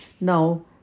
Now